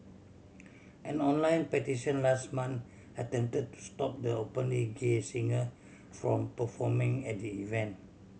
an online petition last month attempted to stop the openly gay singer from performing at the event